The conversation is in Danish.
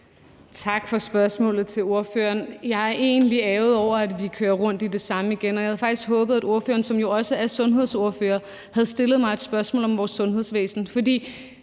for spørgsmålet. Jeg er egentlig ærgerlig over, at vi kører rundt i det samme igen, og jeg havde faktisk håbet, at ordføreren, som jo også er sundhedsordfører, havde stillet mig et spørgsmål om vores sundhedsvæsen.